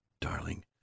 darling